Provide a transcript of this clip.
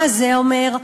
מה זה אומר?